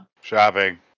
Shopping